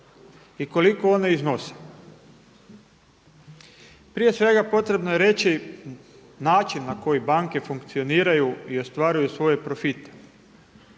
i koliko one iznose. Prije svega potrebno je reći način na koji banke funkcioniraju i ostvaruju svoje profite.